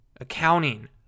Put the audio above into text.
accounting